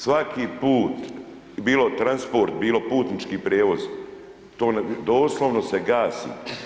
Svaki put bilo transport, bilo putnički prijevoz, to doslovno se gasi.